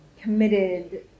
committed